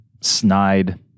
snide